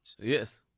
Yes